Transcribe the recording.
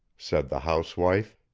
said the housewife,